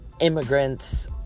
immigrants